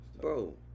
bro